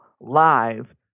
live